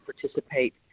participate